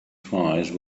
twice